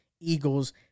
Eagles